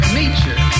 nature